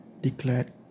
declared